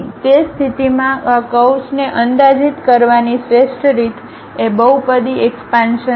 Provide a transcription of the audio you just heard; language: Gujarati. તે સ્થિતિમાં આ કર્વ્સને અંદાજિત કરવાની શ્રેષ્ઠ રીત એ બહુપદી એકપાન્શન છે